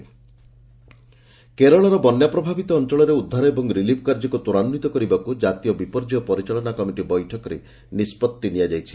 NCMC Kerala କେରଳର ବନ୍ୟା ପ୍ରଭାବିତ ଅଞ୍ଚଳରେ ଉଦ୍ଧାର ଓ ରିଲିଫ୍ କାର୍ଯ୍ୟକୁ ତ୍ୱରାନ୍ୱିତ କରିବାକୁ କ୍ରାତୀୟ ବିପର୍ଯ୍ୟୟ ପରିଚାଳନା କମିଟି ବୈଠକରେ ନିଷ୍କଭି ନିଆଯାଇଛି